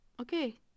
Okay